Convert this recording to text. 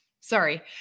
Sorry